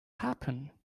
happen